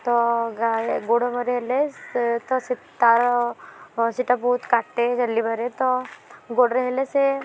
ତ ଗୋଡ଼ରେ ହେଲେ ସେ ତ ସେ ତା'ର ସେଇଟା ବହୁତ କାଟେ ଚାଲିବାରେ ତ ଗୋଡ଼ରେ ହେଲେ ସେ